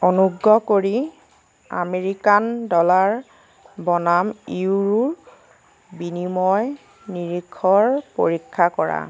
অনুগ্ৰহ কৰি American dollar বনাম ইউৰোৰ বিনিময় নিৰিখৰ পৰীক্ষা কৰা